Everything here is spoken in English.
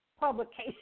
publication